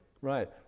right